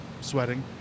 sweating